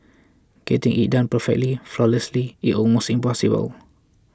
getting it done perfectly flawlessly is almost impossible